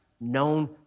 known